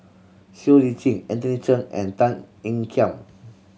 Siow Lee Chin Anthony Chen and Tan Ean Kiam